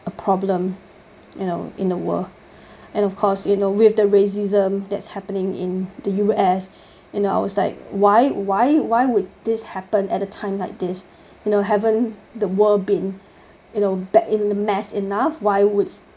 a problem you know in the world and of course you know with the racism that's happening in the U_S and I was like why why why would this happen at a time like this you know haven't the world been you know back in the mess enough why would